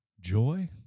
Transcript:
Joy